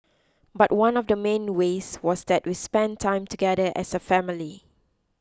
but one of the main ways was that we spent time together as a family